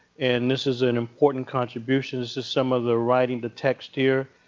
and this is an important contribution. this is some of the writing, the text here.